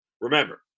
Remember